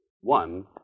One